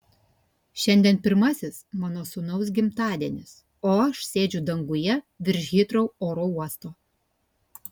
šiandien pirmasis mano sūnaus gimtadienis o aš sėdžiu danguje virš hitrou oro uosto